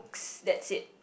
that's it